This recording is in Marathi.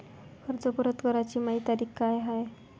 कर्ज परत कराची मायी तारीख का हाय?